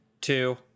two